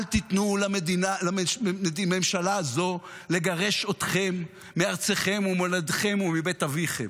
אל תיתנו לממשלה הזאת לגרש אתכם מארצכם וממולדתכם ומבית אביכם.